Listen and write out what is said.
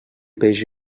peix